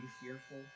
fearful